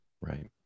Right